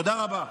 תודה רבה.